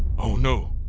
oh no!